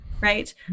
right